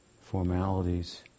formalities